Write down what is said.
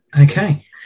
Okay